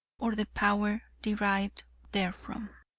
or the power derived therefrom.